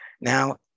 now